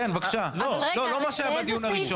לא, לא מה שהיה בדיון הראשון.